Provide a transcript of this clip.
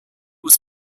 was